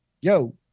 yo